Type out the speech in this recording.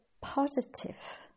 positive